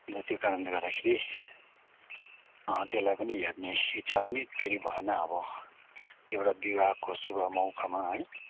अब त्यो कारणले गर्दाखेरि त्यसलाई पनि हेर्ने इच्छा पनि फेरि भएन अब त्यो विवाहको शुभ मौकामा है